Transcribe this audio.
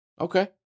Okay